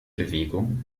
bewegung